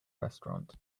restaurant